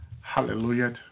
Hallelujah